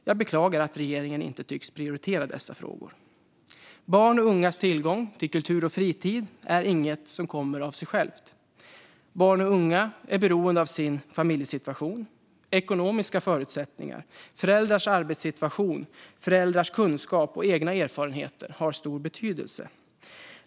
Jag beklagar att regeringen inte tycks prioritera dessa frågor. Barns och ungas tillgång till kultur och fritid är inget som kommer av sig självt. Barn och unga är beroende av sin familjesituation. Ekonomiska förutsättningar, föräldrars arbetssituation och föräldrars kunskap och egna erfarenheter har stor betydelse.